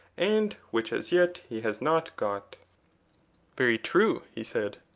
and which as yet he has not got very true, he said.